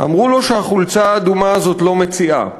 // אמרו לו שהחולצה האדומה / זאת לא מציאה /